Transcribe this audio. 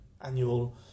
annual